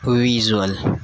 visual